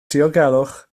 diogelwch